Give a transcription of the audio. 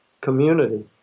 community